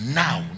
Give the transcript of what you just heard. now